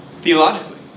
Theologically